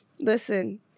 listen